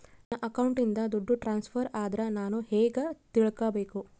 ನನ್ನ ಅಕೌಂಟಿಂದ ದುಡ್ಡು ಟ್ರಾನ್ಸ್ಫರ್ ಆದ್ರ ನಾನು ಹೆಂಗ ತಿಳಕಬೇಕು?